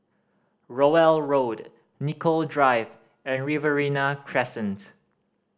Rowell Road Nicoll Drive and Riverina Crescent